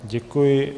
Děkuji.